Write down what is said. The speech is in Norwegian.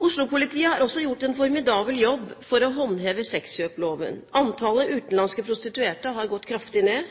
har også gjort en formidabel jobb for å håndheve sexkjøpsloven. Antallet utenlandske prostituerte har gått kraftig ned.